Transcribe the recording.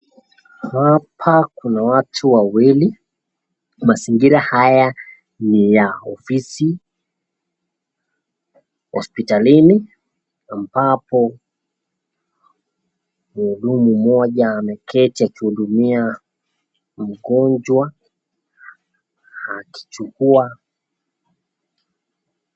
Hapa kuna watu wawili, mazingira haya ni ya ofisi, hospitalini, ambapo mhudumu mmoja ameketi akihudumia mgonjwa, akichukua